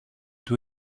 του